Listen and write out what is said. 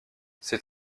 ses